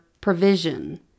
provision